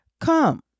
Come